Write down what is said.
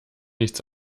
nichts